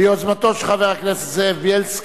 ביוזמתו של חבר הכנסת בילסקי.